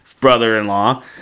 brother-in-law